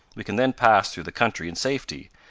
we can then pass through the country in safety,